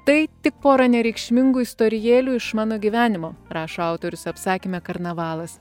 tai tik pora nereikšmingų istorijėlių iš mano gyvenimo rašo autorius apsakyme karnavalas